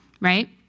right